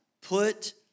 Put